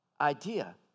idea